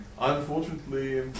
unfortunately